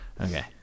Okay